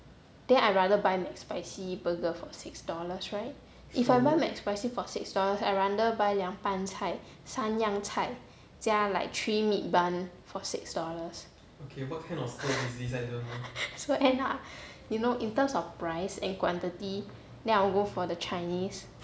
then I rather buy mcspicy burger for six dollars right if I buy mcspicy for six dollars I rather buy 凉拌菜三样菜加 like three meat bun for six dollars so end up you know in terms of price and quantity then I will go for the chinese